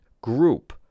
group